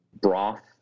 broth